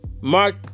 mark